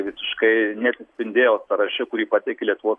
visiškai neatsispindėjo sąraše kurį pateikė lietuvos